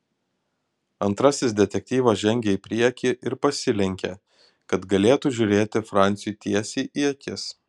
antrasis detektyvas žengė į priekį ir pasilenkė kad galėtų žiūrėti franciui tiesiai į akis